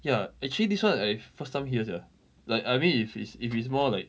ya actually this [one] I first time hear sia like I mean if it's if it's more like